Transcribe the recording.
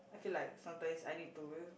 I feel like sometimes I need to